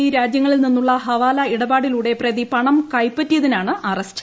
E രാജ്യങ്ങളിൽ നിന്നുള്ള ഹവാല ഇടപാടിലൂടെ പ്രതി പണം കൈപ്പറ്റിയതിനാണ് അറസ്റ്റ്